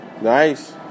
Nice